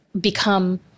become